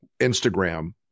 Instagram